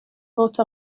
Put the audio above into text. vote